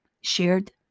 shared